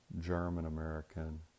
German-American